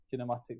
Kinematics